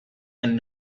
and